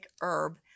herb